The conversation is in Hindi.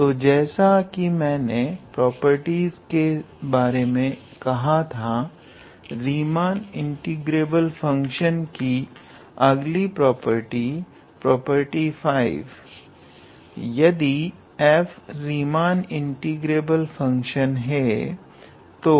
तो जैसा कि मैंने प्रॉपर्टीज के बारे में कहा थारीमान इंटीग्रेबल फंक्शन की अगली प्रॉपर्टी प्रॉपर्टी 5 यदि f रीमान इंटीग्रेबल फंक्शन है तो